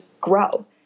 grow